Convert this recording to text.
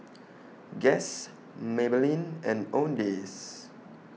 Guess Maybelline and Owndays